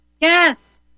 Yes